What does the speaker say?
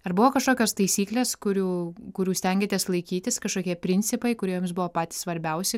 ar buvo kažkokios taisyklės kurių kurių stengiatės laikytis kažkokie principai kurie jums buvo patys svarbiausi